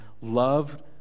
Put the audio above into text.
love